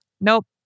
nope